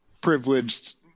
privileged